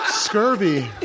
Scurvy